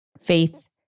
faith